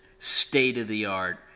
state-of-the-art